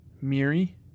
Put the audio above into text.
Miri